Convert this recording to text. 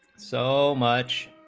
so much